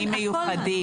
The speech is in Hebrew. מיוחדים.